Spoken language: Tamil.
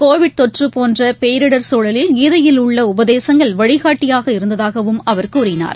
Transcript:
கோவிட் தொற்று போன்ற பேரிடர் சூழலில் கீதையில் உள்ள உபதேசங்கள் வழிகாட்டியாக இருந்ததாகவும் அவர் கூறினார்